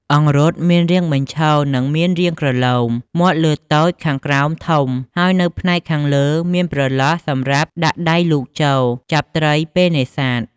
អង្រុតមានរាងបញ្ឈរនិងមានរាងក្រឡូម មាត់លើតូច ខាងក្រោមធំហើយនៅផ្នែកខាងលើមានប្រឡោះសម្រាប់ដាក់ដៃលូកចូលចាប់ត្រីពេលនេសាទ។